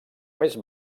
més